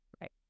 Right